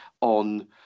on